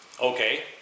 Okay